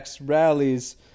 rallies